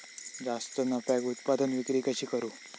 जास्त नफ्याक उत्पादन विक्री कशी करू?